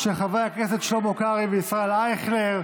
של חברי הכנסת שלמה קרעי וישראל אייכלר.